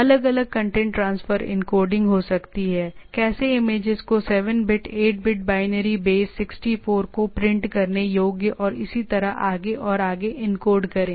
अलग अलग content transfer encoding हो सकती है कैसे इमेजेस को 7 बिट 8 बिट बाइनरी बेस 64 को प्रिंट करने योग्य और इसी तरह आगे और आगे एनकोड करें